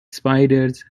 spiders